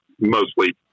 mostly